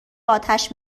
آتش